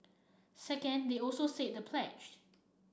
second they also say the pledged